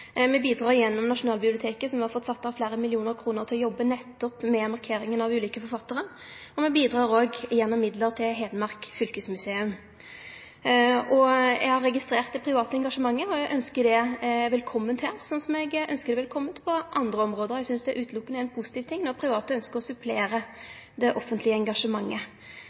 Me bidrar gjennom Nasjonalbiblioteket, som har fått satt av fleire millionar kroner til å jobbe nettopp med markeringa av ulike forfattarar, og me bidrar òg gjennom midlar til Hedmark fylkesmuseum. Eg har registrert det private engasjementet, og eg ønskjer det velkomen her, slik eg ønskjer det velkomen på andre område. Eg synest det utelukkande er ein positiv ting når private ønskjer å supplere det offentlege engasjementet.